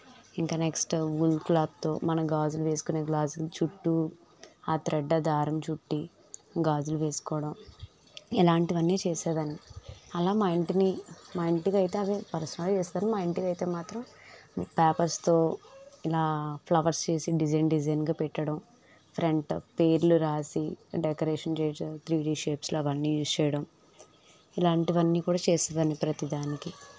ఇంకా next wool క్లాత్తో మనం గాజులు వేసుకునే గాజులు చుట్టూ ఆ థ్రెడ్ ఆ దారం చుట్టి గాజులు వేసుకోవడం ఇలాంటివన్నీ చేసేదాన్ని అలా మా ఇంటిని మా ఇంటికి అయితే అవి పర్సనల్గా చేస్తారు మా ఇంటికి అయితే మాత్రం పేపర్స్తో ఇలా ఫ్లవర్స్ చేసి డిజైన్ డిజైన్గా పెట్టడం ఫ్రెంట్ పేర్లు రాసి డెకరేషన్ చేసి త్రీ డి షేప్స్లో అవన్నీ యూస్ చేయడం ఇలాంటివన్నీ కూడా చేసేదాన్ని ప్రతిదానికి